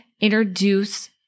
introduce